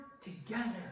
together